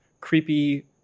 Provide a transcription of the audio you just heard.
Creepy